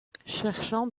cherchant